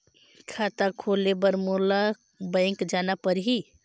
खाता खोले बर मोला बैंक जाना परही?